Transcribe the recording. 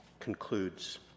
concludes